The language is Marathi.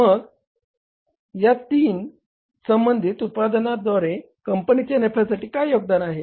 मग या तीन संबंधित उत्पादनांद्वारे कंपनीच्या नफ्यासाठी काय योगदान आहे